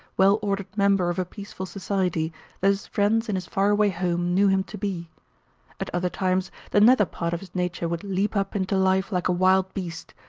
well-ordered member of a peaceful society that his friends in his far-away home knew him to be at other times the nether part of his nature would leap up into life like a wild beast,